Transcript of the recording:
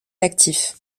actif